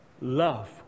love